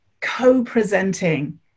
co-presenting